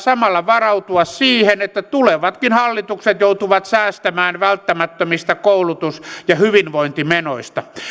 samalla varautua siihen että tulevatkin hallitukset joutuvat säästämään välttämättömistä koulutus ja hyvinvointimenoista